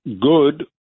good